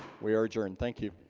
we are adjourned. thank you